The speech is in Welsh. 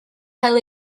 cael